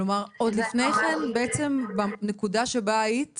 כלומר עוד לפני כן בעצם, בנקודה שבה היית